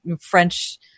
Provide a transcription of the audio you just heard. French